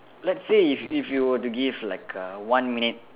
let's say if if you were to give like err one minute